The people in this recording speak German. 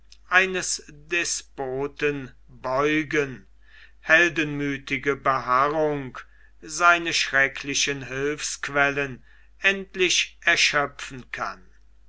eines despoten beugen heldenmüthige beharrung seine schrecklichen hilfsquellen endlich erschöpfen kann